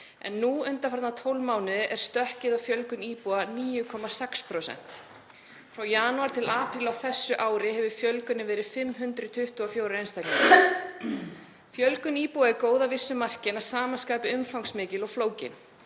en nú undanfarna 12 mánuði er stökkið í fjölgun íbúa 9,6%. Frá janúar til apríl á þessu ári hefur fjölgunin verið 524 einstaklingar. Fjölgun íbúa er góð að vissu marki en að sama skapi umfangsmikil og flókin.